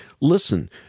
Listen